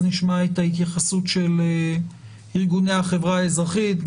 נשמע את ההתייחסות של ארגוני החברה האזרחית.